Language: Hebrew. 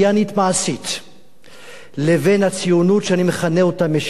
מעשית לבין הציונות שאני מכנה אותה "משיחית",